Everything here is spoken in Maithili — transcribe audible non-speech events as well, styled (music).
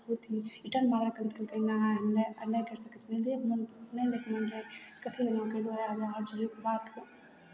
अथी रिटर्न मारयके लेल (unintelligible) एहिमे अहाँ नहि नहि करि सकै छी नहि मोन नैहि लै के मोन रहै कथी लए एना करबै उएह हमरा हर चीजके बात